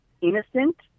innocent